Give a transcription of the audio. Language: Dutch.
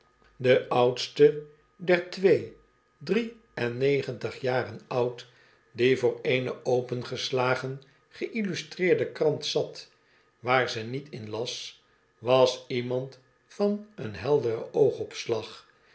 de oudste der twee drie en negentig jaren oud die voor eene opengeslagen geillustreerde krant zat waar ze niet in las was iemand van een helderen oogopslag